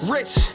Rich